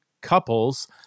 couples